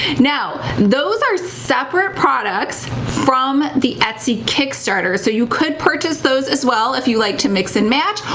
now, those are separate products from the etsy kickstarter, so you could purchase those as well if you like to mix and match,